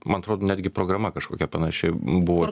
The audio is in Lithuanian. man atrodo netgi programa kažkokia panaši buvo